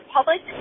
public